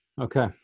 okay